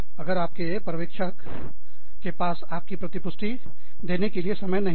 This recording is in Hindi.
अगर आपके पर्यवेक्षक के पास आपकी प्रति पुष्टि देने के लिए समय नहीं है